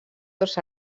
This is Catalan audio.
dos